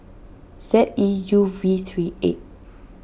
Z E U V three eight